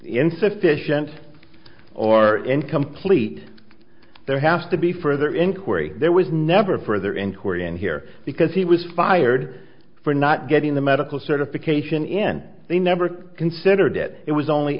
insufficient or incomplete there has to be further inquiry there was never a further inquiry and here because he was fired for not getting the medical certification in they never considered it it was only